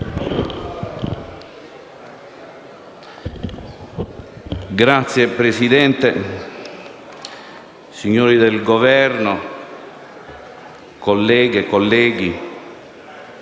Signor Presidente, signori del Governo, colleghe e colleghi,